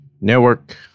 network